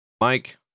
Mike